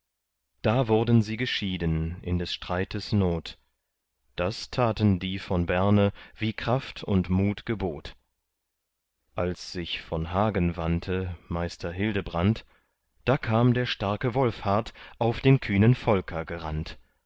da wurden sie geschieden in des streites not das taten die von berne wie kraft und mut gebot als sich von hagen wandte meister hildebrand da kam der starke wolfhart auf den kühnen volker gerannt